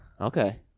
Okay